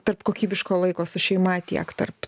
tarp kokybiško laiko su šeima tiek tarp